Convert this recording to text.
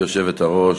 גברתי היושבת-ראש,